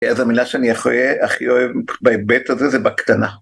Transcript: איזו מילה שאני הכי אוהב בהיבט הזה זה בקטנה.